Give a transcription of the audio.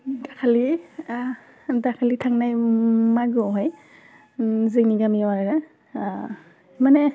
दाखालि दाखालि थांनाय मागोआवहाय जोंनि गामियाव आरो माने